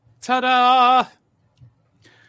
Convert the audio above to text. Ta-da